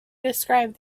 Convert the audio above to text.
described